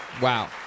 Wow